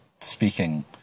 speaking